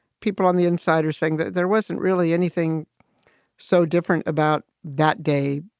people on the inside are saying that there wasn't really anything so different about that day.